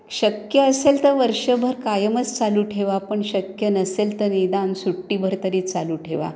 शक्य असेल तर वर्षभर कायमच चालू ठेवा पण शक्य नसेल तर निदान सुट्टीभर तरी चालू ठेवा